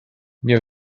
nie